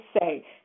say